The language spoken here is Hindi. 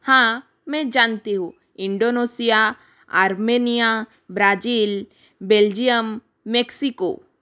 हाँ मैं जानती हूँ Indonesia Armenia Brazil Belgium Mexico